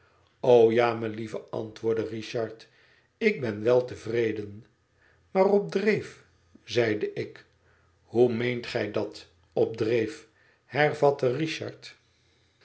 ja melieve antwoordde richard ik ben wel tevreden maar op dreef zeide ik hoe meent gij dat op dreef hervatte richard